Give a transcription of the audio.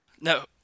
No